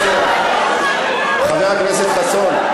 חבר הכנסת חסון.